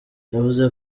yavuze